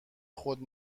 خود